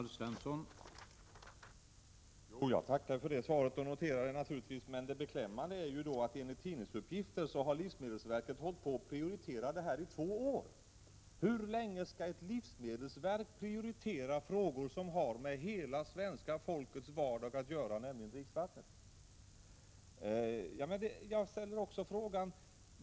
Herr talman! Jag tackar för det svaret och noterar det naturligtvis. Det beklämmande är att livsmedelsverket enligt tidningsuppgifter har hållit på och prioriterat detta i två år. Hur länge skall livsmedelsverket hålla på och ”prioritera” frågor som har med hela svenska folkets vardag att göra, nämligen frågor som gäller dricksvattnet?